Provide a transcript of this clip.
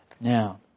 Now